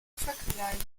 vergleichen